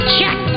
Check